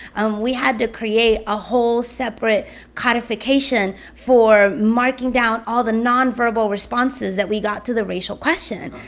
um we had to create a whole separate codification for marking down all the nonverbal responses that we got to the racial question.